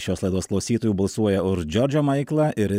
šios laidos klausytojų balsuoja už džordžą maiklą ir